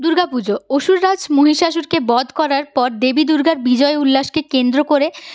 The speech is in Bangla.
দুর্গা পুজো অসুর রাজ্ মহিষাসুর কে বধ করার পর দেবী দুর্গার বিজয় উল্লাসকে কেন্দ্র করে